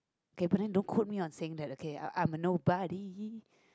okay but then don't quote me on saying that okay I I'm a nobody